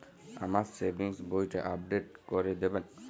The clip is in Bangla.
আমার সেভিংস বইটা আপডেট করে দেবেন?